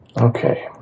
Okay